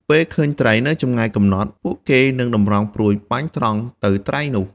ពេលឃើញត្រីនៅចម្ងាយកំណត់ ពួកគេនឹងតម្រង់ព្រួញបាញ់ត្រង់ទៅត្រីនោះ។